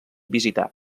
visitar